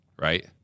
right